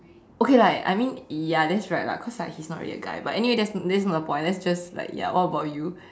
okay lah I mean ya that's right lah cause like he's not really a guy but anyway that's that's not the point let's just like ya what about you